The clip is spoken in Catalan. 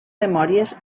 memòries